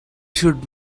should